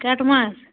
کَٹہٕ ماز